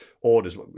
orders